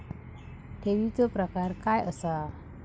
ठेवीचो प्रकार काय असा?